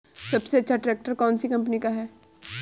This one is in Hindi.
सबसे अच्छा ट्रैक्टर कौन सी कम्पनी का है?